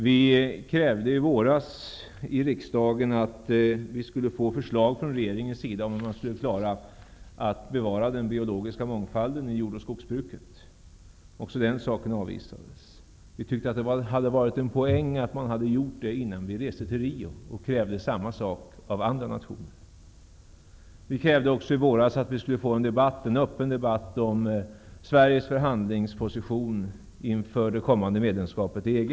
Vi krävde i våras i riksdagen att vi skulle få förslag från regeringens sida om hur man skall klara att bevara den biologiska mångfalden i jord och skogsbruket. Också den saken avvisades. Vi tycker att det hade varit en poäng att man hade lagt fram ett förslag till åtgärder på det området innan vi reste till Rio och krävde samma sak av andra nationer. Socialdemokraterna krävde i våras en öppen debatt om Sveriges förhandlingsposition inför det kommande medlemskapet i EG.